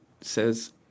says